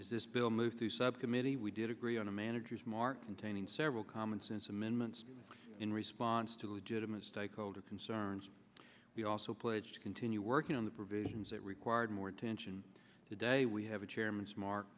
as this bill moves through subcommittee we did agree on a manager's mark containing several commonsense amendments in response to legitimate stakeholder concerns we also pledged to continue working on the provisions that required more attention today we have a chairman's mar